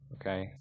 Okay